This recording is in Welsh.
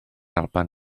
alban